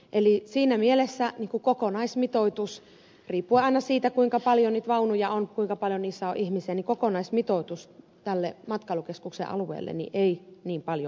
eli siinä mielessä kokonaismitoitus riippuen aina siitä kuinka paljon niitä vaunuja on kuinka paljon niissä on ihmisiä matkailukeskuksen alueelle ei niin paljon kasva